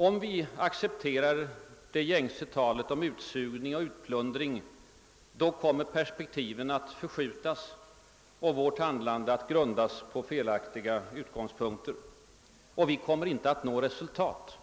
Om vi accepterar det gängse talet om utsugning och utplundring, kommer perspektiven att förskjutas och vårt handlande att grundas på felaktiga utgångspunkter. Och vi kommer inte att nå resultat.